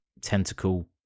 tentacle